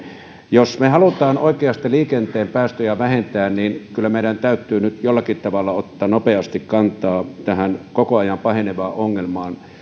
jos me haluamme oikeasti liikenteen päästöjä vähentää niin kyllä meidän täytyy nyt jollakin tavalla ottaa nopeasti kantaa tähän koko ajan pahenevaan ongelmaan